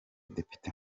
depite